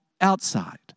outside